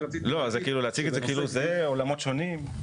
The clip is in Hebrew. לא, זה כאילו להציג את זה כאילו זה עולמות שונים.